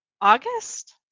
august